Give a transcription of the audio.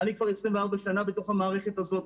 אני כבר 24 שנה בתוך המערכת הזאת.